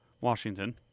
Washington